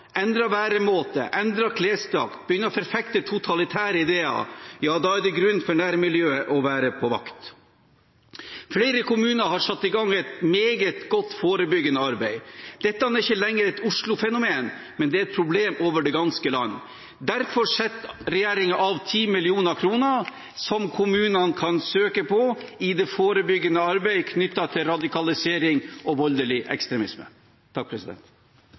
væremåte, endrer klesdrakt og begynner å forfekte totalitære ideer, er det grunn for nærmiljøet til å være på vakt. Flere kommuner har satt i gang et meget godt forebyggende arbeid. Dette er ikke lenger et Oslo-fenomen, men det er et problem over det ganske land. Derfor setter regjeringen av 10 mill. kr som kommunene kan søke på i det forebyggende arbeidet knyttet til radikalisering og voldelig ekstremisme.